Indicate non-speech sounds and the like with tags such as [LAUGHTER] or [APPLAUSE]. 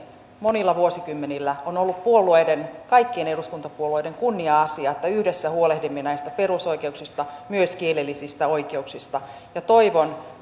monilla vuosikymmenillä on ollut kaikkien eduskuntapuolueiden kunnia asia että yhdessä huolehdimme näistä perusoikeuksista myös kielellisistä oikeuksista ja toivon [UNINTELLIGIBLE]